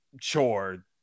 chore